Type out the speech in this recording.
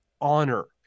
honor